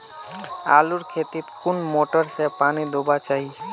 आलूर खेतीत कुन मोटर से पानी दुबा चही?